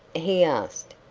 he asked,